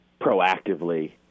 proactively